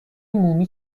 مومی